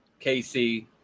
KC